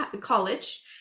college